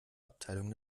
abteilung